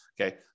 Okay